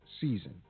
season